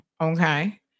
okay